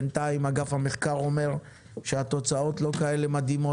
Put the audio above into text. בינתיים אגף המחקר אומר שהתוצאות לא מדהימות.